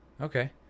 Okay